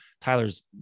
Tyler's